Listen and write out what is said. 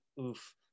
oof